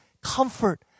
comfort